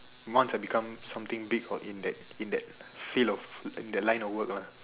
once I become something big or in that in that field of in that line of work lah